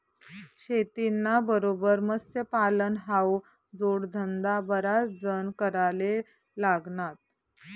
शेतीना बरोबर मत्स्यपालन हावू जोडधंदा बराच जण कराले लागनात